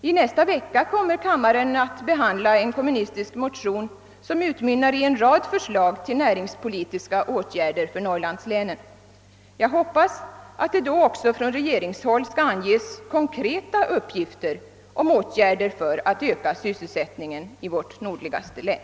I nästa vecka kommer kammaren att behandla en kommunistisk motion, som utmynnar i en rad förslag till näringspolitiska åtgärder för norrlandslänen. Jag hoppas att det då också från regeringshåll skall anges konkreta åtgärder för att öka sysselsättningen i vårt nordligaste län.